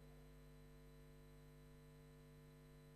הישיבה הישיבה הבאה תתקיים ביום שלישי,